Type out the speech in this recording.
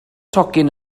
tocyn